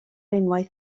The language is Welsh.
unwaith